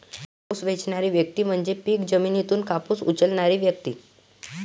कापूस वेचणारी व्यक्ती म्हणजे पीक जमिनीतून कापूस उचलणारी व्यक्ती